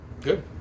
Good